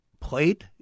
plate